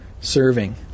serving